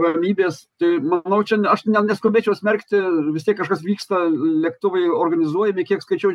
ramybės tai manau čia ne aš neskubėčiau smerkti vis tiek kažkas vyksta lėktuvai organizuojami kiek skaičiau